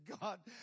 God